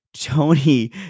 Tony